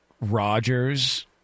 Rodgers